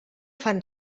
fan